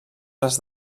les